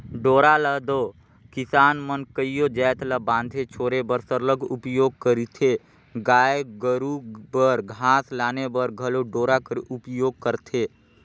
डोरा ल दो किसान मन कइयो जाएत ल बांधे छोरे बर सरलग उपियोग करथे गाय गरू बर घास लाने बर घलो डोरा कर उपियोग करथे